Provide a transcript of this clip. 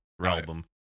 album